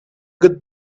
good